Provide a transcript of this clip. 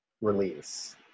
release